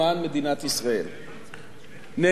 נאמר לי על-ידי רשות המסים וכל הייעוץ